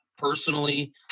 Personally